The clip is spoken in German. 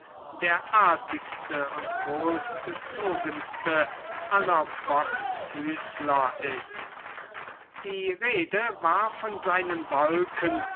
der artigste und wohlgezogenste aller bocksfüßler ist die rede war von seinen wolken